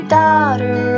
daughter